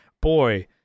boy